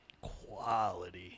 Quality